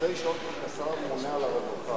ראש הממשלה.